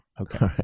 Okay